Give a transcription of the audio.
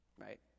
Right